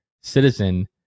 citizen